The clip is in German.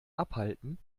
abhalten